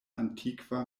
antikva